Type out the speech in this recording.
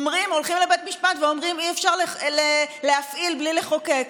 הולכים לבית משפט ואומרים: אי-אפשר להפעיל בלי לחוקק,